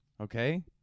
Okay